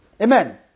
Amen